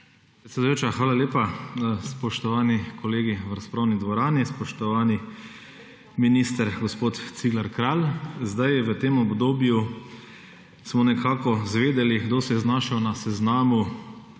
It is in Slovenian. hvala lepa. Spoštovani kolegi v razpravni dvorani, spoštovani minister, gospod Janez Cigler Kralj! V tem obdobju smo izvedeli, kdo se je znašel na seznamu